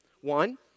One